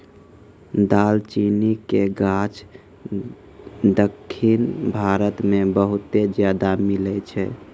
दालचीनी के गाछ दक्खिन भारत मे बहुते ज्यादा मिलै छै